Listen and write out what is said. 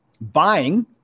buying